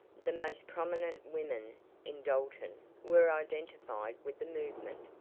the most prominent women in dalton were identified with the movement,